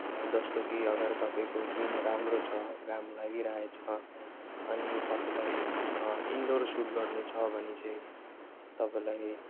जस्तो कि अगर तपाईँको दिन राम्रो छ घाम लागिरहेछ अनि तपाईँलाई इन्डोर सुट गर्नुछ भने चाहिँ तपाईँलाई